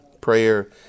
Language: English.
prayer